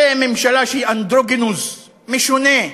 זה ממשלה שהיא אנדרוגינוס, משונה,